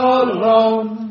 alone